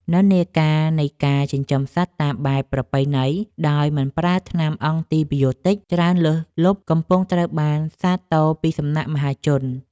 និន្នាការនៃការចិញ្ចឹមសត្វតាមបែបប្រពៃណីដោយមិនប្រើថ្នាំអង់ទីប៊ីយោទិចច្រើនលើសលប់កំពុងត្រូវបានសាទរពីសំណាក់មហាជន។